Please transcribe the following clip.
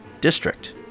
District